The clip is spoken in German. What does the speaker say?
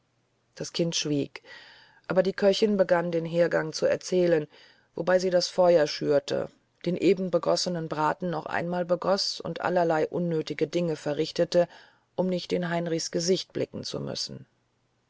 das kind schwieg aber die köchin begann den hergang zu erzählen wobei sie das feuer schürte den eben begossenen braten noch einmal begoß und allerlei unnötige dinge verrichtete um nicht in heinrichs gesicht blicken zu müssen